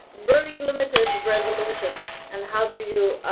very limited resolution and how do you